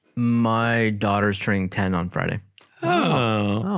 my daughter's turning ten on friday oh